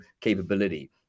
capability